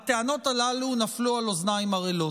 הטענות הללו נפלו על אוזניים ערלות.